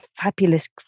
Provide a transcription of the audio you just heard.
fabulous